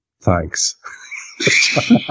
Thanks